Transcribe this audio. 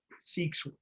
seeks